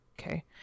okay